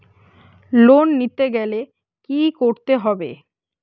Loan নিতে গেলে কি করতে হবে?